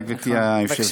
תודה, גברתי היושבת-ראש.